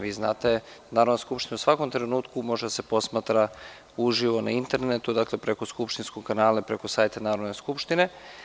Vi znate da Narodna skupština u svakom trenutku može da se posmatra uživo na internetu, preko skupštinskog kanala i preko sajta Narodne skupštine.